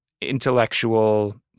intellectual